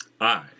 I